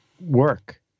work